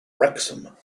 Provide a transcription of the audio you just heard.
wrexham